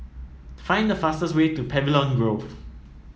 find the fastest way to Pavilion Grove